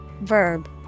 Verb